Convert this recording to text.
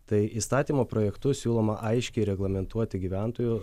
tai įstatymo projektu siūloma aiškiai reglamentuoti gyventojų